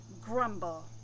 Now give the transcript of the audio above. grumble